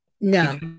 No